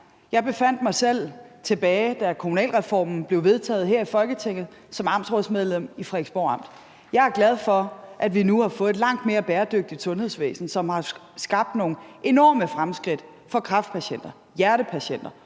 Jeg befandt mig selv, da kommunalreformen blev vedtaget her i Folketinget, som amtsrådsmedlem i Frederiksborg Amt. Jeg er glad for, at vi nu har fået et langt mere bæredygtigt sundhedsvæsen, som har skabt nogle enorme fremskridt for kræftpatienter, hjertepatienter